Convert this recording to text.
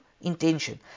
intention